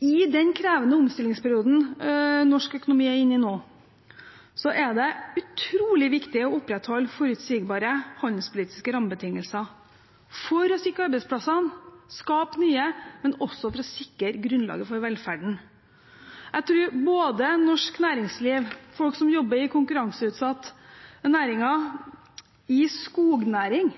I den krevende omstillingsperioden norsk økonomi er inne i nå, er det utrolig viktig å opprettholde forutsigbare handelspolitiske rammebetingelser for å sikre arbeidsplassene, skape nye, men også for å sikre grunnlaget for velferden. Jeg tror både norsk næringsliv, folk som jobber i konkurranseutsatte næringer, i skognæring,